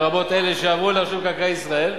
לרבות אלה שיעברו לרשות מקרקעי ישראל,